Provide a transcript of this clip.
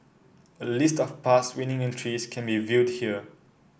a list of past winning entries can be viewed here